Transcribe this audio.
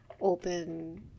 open